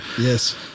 Yes